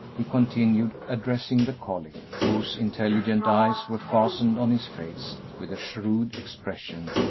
he continued, addressing the collie, whose intelligent eyes were fastened on his face with a shrewd expression,